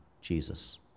Jesus